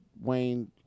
Wayne